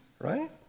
right